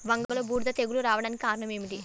వంగలో బూడిద తెగులు రావడానికి కారణం ఏమిటి?